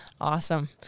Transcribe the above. Awesome